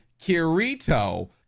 Kirito